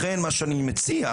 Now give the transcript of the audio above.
לכן מה שאני מציע,